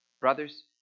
Brothers